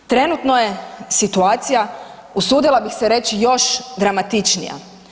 Trenutno je situacija, usudila bih se reći, još dramatičnija.